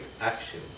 action